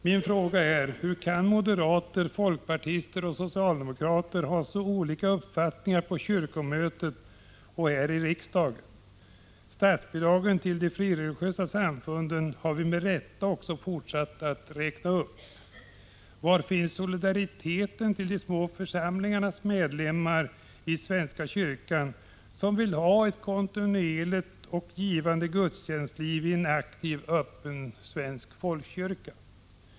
Min fråga är: Hur kan moderater, folkpartister och socialdemokrater ha så olika uppfattningar på kyrkomötet och här i riksdagen? Statsbidragen till de frireligiösa samfunden har vi med rätta också fortsatt att räkna upp. Var finns solidariteten med de små församlingarnas medlemmar i svenska kyrkan, som vill ha ett kontinuerligt och givande gudstjänstliv i en aktiv, öppen svensk folkkyrka?